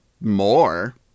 more